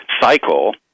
cycle